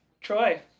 Troy